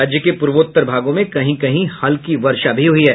राज्य के पूर्वोत्तर भागों में कहीं कहीं हल्की वर्षा भी हई है